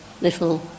little